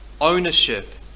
ownership